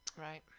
Right